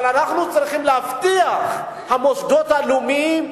אבל אנחנו צריכים להבטיח שהמוסדות הלאומיים,